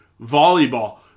volleyball